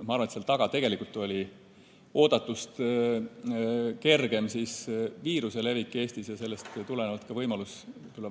Ma arvan, et seal taga tegelikult oli oodatust kergem viiruse levik Eestis ja sellest tulenevalt ka võimalus